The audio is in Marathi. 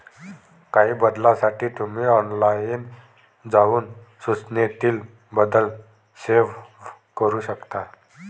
काही बदलांसाठी तुम्ही ऑनलाइन जाऊन सूचनेतील बदल सेव्ह करू शकता